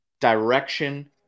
direction